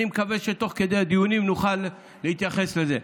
אני מקווה שתוך כדי הדיונים נוכל להתייחס לזה.